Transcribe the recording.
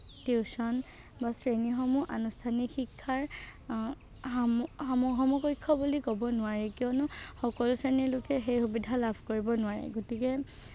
tuition বা শ্ৰেণীসমূহ অনুস্থানিক শিক্ষাৰ সাম সাম সমপক্ষ্য় বুলি ক'ব নোৱাৰি কিয়নো সকলো শ্ৰেণীৰ লোকে সেই সুবিধা লাভ কৰিব নোৱাৰে গতিকে